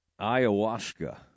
Ayahuasca